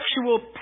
sexual